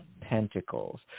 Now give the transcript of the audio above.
pentacles